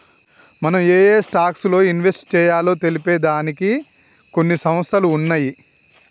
మనం ఏయే స్టాక్స్ లో ఇన్వెస్ట్ చెయ్యాలో తెలిపే దానికి కొన్ని సంస్థలు ఉన్నయ్యి